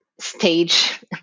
stage